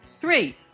Three